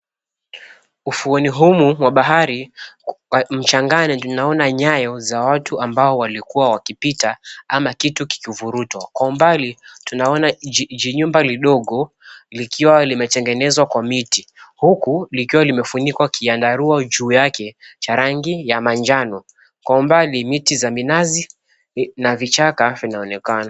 Ufuoni humu mwa bahari mchangani tunaona nyayo za watu ambao walikua wakipita ama kitu kikivurutwa. Kwa umbali, tunaona jumba dogo lilotengenezwa kwa miti huku limefunikwa kiandarua juu yake cha rangi ya manjano. Kwa umbali miti za minazi na vichaka vinaonekana.